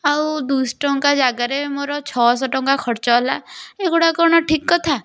ଆଉ ଦୁଇ ଶହ ଟଙ୍କା ଜାଗାରେ ମୋର ଛଅ ଶହ ଟଙ୍କା ଖର୍ଚ୍ଚ ହେଲା ଏଗୁଡ଼ା କଣ ଠିକ୍ କଥା